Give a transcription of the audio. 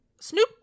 Snoop